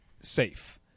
safe